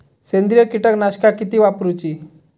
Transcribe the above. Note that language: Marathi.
सेंद्रिय कीटकनाशका किती वापरूची?